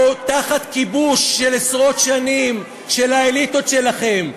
אנחנו תחת כיבוש של עשרות שנים של האליטות שלכם.